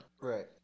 Right